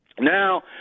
now